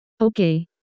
Okay